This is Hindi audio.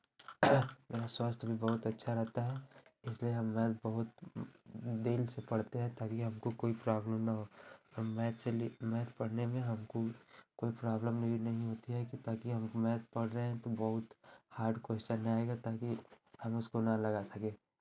मेरा स्वास्थ्य भी बहुत अच्छा रहता है इसलिए हम मैथ से बहुत दिन से पढ़ते हैं ताकि हमको कोई प्रॉब्लम ना हो हम मैथ से लिख मैथ से पढ़ने में हमको कोई प्रॉब्लम नहीं होती है ताकि हम मैथ पढ़ रहे हैं तो बहुत हार्ड क्वेस्चन आएगा ताकि हम उसको ना लगा सकें